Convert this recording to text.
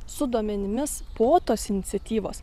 su duomenimis po tos iniciatyvos